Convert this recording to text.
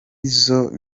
izo